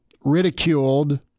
ridiculed